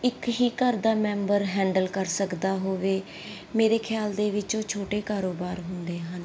ਇੱਕ ਹੀ ਘਰ ਦਾ ਮੈਂਬਰ ਹੈਂਡਲ ਕਰ ਸਕਦਾ ਹੋਵੇ ਮੇਰੇ ਖਿਆਲ ਦੇ ਵਿੱਚ ਉਹ ਛੋਟੇ ਕਾਰੋਬਾਰ ਹੁੰਦੇ ਹਨ